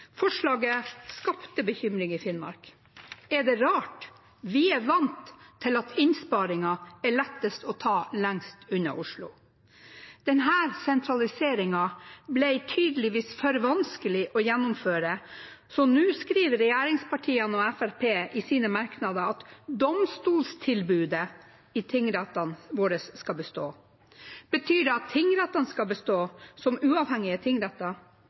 Forslaget skapte bekymring i Finnmark. Er det rart? Vi er vant til at innsparinger er lettest å ta lengst unna Oslo. Denne sentraliseringen ble tydeligvis for vanskelig å gjennomføre, så nå skriver regjeringspartiene og Fremskrittspartiet i sine merknader at domstoltilbudet i tingrettene våre skal bestå. Betyr det at tingrettene skal bestå som uavhengige